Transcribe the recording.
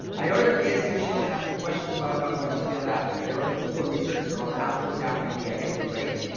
i ordered the seo shield, i have some questions about what to fill out, i ordered keyword research. so i'll upload that when i get it great.